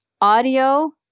Audio